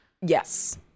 yes